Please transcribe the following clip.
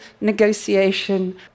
negotiation